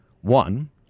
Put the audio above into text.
One